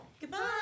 Goodbye